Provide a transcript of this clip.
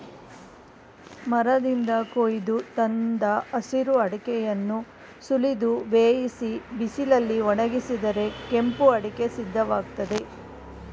ಮರದಿಂದ ಕೊಯ್ದು ತಂದ ಹಸಿರು ಅಡಿಕೆಯನ್ನು ಸುಲಿದು ಬೇಯಿಸಿ ಬಿಸಿಲಲ್ಲಿ ಒಣಗಿಸಿದರೆ ಕೆಂಪು ಅಡಿಕೆ ಸಿದ್ಧವಾಗ್ತದೆ